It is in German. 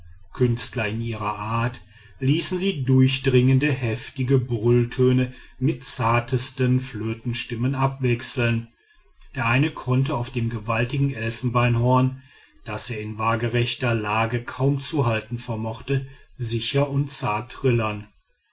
künstler in ihrer art ließen sie durchdringend heftige brülltöne mit zartesten flötenstimmen abwechseln der eine konnte auf dem gewaltigen elfenbeinhorn das er in wagrechter lage kaum zu halten vermochte sicher und zart trillern